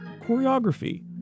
choreography